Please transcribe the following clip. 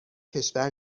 کشور